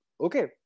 Okay